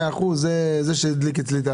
30 אחוזים.